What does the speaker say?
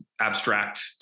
abstract